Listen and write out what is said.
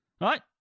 Right